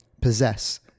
possess